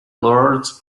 lords